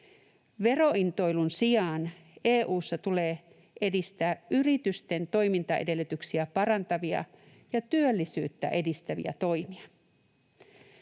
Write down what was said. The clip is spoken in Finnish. Verointoilun sijaan EU:ssa tulee edistää yritysten toimintaedellytyksiä parantavia ja työllisyyttä edistäviä toimia.